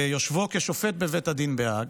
ביושבו כשופט בבית הדין בהאג: